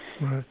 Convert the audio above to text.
Right